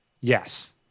Yes